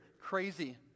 Crazy